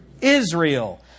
Israel